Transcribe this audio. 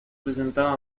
presentaron